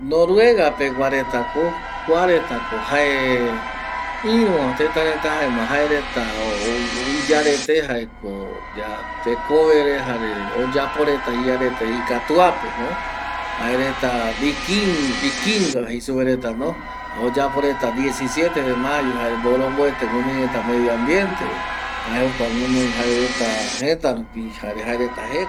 Noruega pegua retako kuaretako jae ïruva tëtareta jaema jaereta ou iyarete jaeko tekovere jare oyapo reta iyarete ikatuapeno jaereta vikin vikingo jei supe retano oyapo oyapo reta jae diesisiete de mayo mboromboetejare guɨnoireta medio ambientere